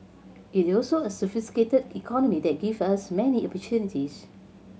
it also a sophisticated economy that give us many opportunities